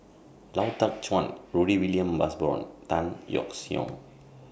Lau Teng Chuan Rudy William Mosbergen Tan Yeok Seong